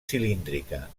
cilíndrica